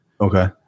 Okay